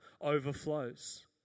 overflows